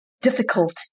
difficult